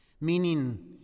meaning